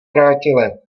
vrátily